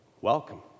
Welcome